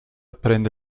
prende